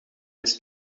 his